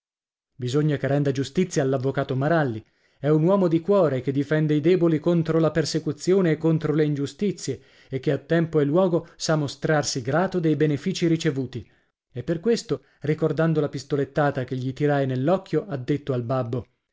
questa giustizia all'avvocato maralli è un uomo di cuore che difende i deboli contro la persecuzione e contro le ingiustizie e che a tempo e luogo sa mostrarsi grato dei benefici ricevuti e per questo ricordando la pistolettata che gli tirai nell'occhio ha detto al babbo